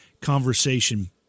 conversation